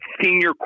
senior